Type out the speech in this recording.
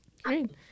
Great